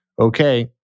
Okay